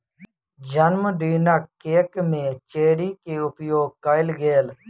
जनमदिनक केक में चेरी के उपयोग कएल गेल